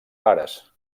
pares